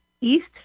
east